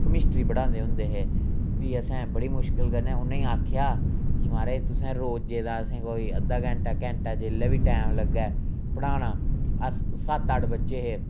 chemistry पढ़ांदे होंदे हे फ्ही असें बड़ी मुश्कल कन्नै उ'नें गी आखेआ कि महाराज तुसें रोज़ा दा असेंगी कोई अद्धा घैंटा घैंटा जेल्लै बी टैम लग्गै पढ़ाना अस सत्त अट्ठ बच्चे हे